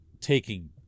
taking